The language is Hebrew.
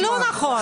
לא נכון.